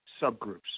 subgroups